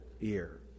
ear